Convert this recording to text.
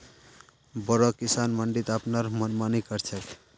बोरो किसान मंडीत अपनार मनमानी कर छेक